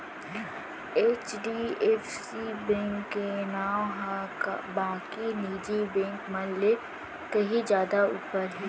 HDFC bank के नांव ह बाकी निजी बेंक मन ले कहीं जादा ऊपर हे